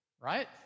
right